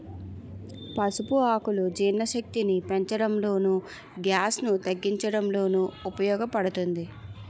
పసుపు ఆకులు జీర్ణశక్తిని పెంచడంలోను, గ్యాస్ ను తగ్గించడంలోనూ ఉపయోగ పడుతుంది